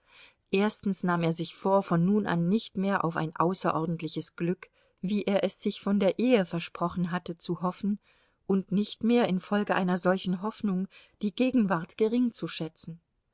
erstens nahm er sich vor von nun an nicht mehr auf ein außerordentliches glück wie er es sich von der ehe versprochen hatte zu hoffen und nicht mehr infolge einer solchen hoffnung die gegenwart gering zu schätzen